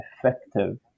effective